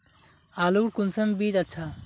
आलूर कुंसम बीज अच्छा?